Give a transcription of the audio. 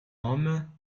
homme